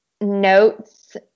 notes